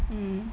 mm